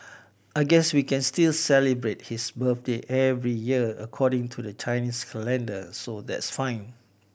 I guess we can still celebrate his birthday every year according to the Chinese calendar so that's fine